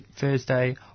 Thursday